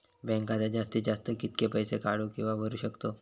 Bank खात्यात जास्तीत जास्त कितके पैसे काढू किव्हा भरू शकतो?